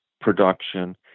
Production